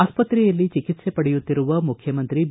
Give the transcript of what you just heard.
ಆಸ್ಪತ್ರೆಯಲ್ಲಿ ಚಿಕಿತ್ಸೆ ಪಡೆಯುತ್ತಿರುವ ಮುಖ್ಯಮಂತ್ರಿ ಬಿ